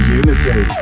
unity